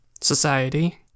society